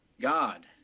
God